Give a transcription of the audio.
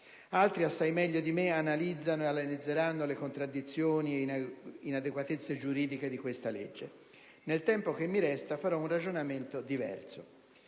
Altri, assai meglio di me, analizzano e analizzeranno le contraddizioni e le inadeguatezze giuridiche di questa legge; pertanto nel tempo che mi resta svolgerò un ragionamento diverso.